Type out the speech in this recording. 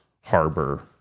harbor